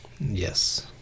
Yes